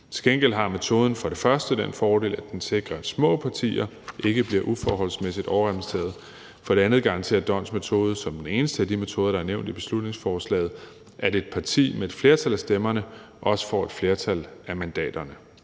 gengæld har metoden for det første den fordel, at den sikrer, at små partier ikke bliver uforholdsmæssigt overrepræsenteret, og for det andet garanterer d'Hondts metode som den eneste af de metoder, der er nævnt i beslutningsforslaget, at et parti med et flertal af stemmerne også får et flertal af mandaterne.